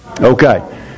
Okay